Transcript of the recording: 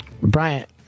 Bryant